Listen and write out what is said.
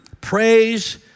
praise